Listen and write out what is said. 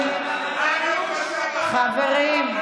חברים.